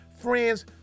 friends